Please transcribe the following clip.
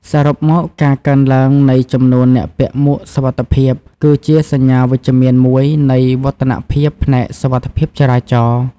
សរុបមក ការកើនឡើងនៃចំនួនអ្នកពាក់មួកសុវត្ថិភាព គឺជាសញ្ញាវិជ្ជមានមួយនៃវឌ្ឍនភាពផ្នែកសុវត្ថិភាពចរាចរណ៍។